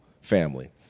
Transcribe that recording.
family